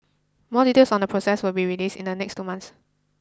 more details on the process will be released in the next two months